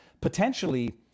potentially